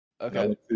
okay